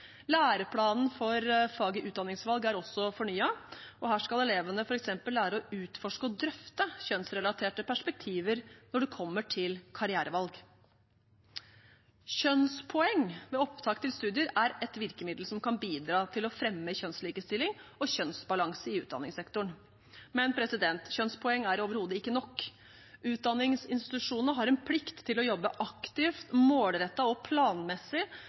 Læreplanen for faget utdanningsvalg er også fornyet, og her skal elevene f.eks. lære å utforske og drøfte kjønnsrelaterte perspektiver når det kommer til karrierevalg. Kjønnspoeng ved opptak til studier er et virkemiddel som kan bidra til å fremme kjønnslikestilling og kjønnsbalanse i utdanningssektoren. Men kjønnspoeng er overhodet ikke nok. Utdanningsinstitusjonene har en plikt til å jobbe aktivt, målrettet og planmessig